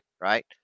Right